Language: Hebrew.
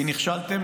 כי נכשלתם.